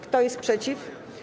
Kto jest przeciw?